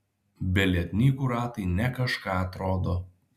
be lietnykų ratai ne kažką atrodo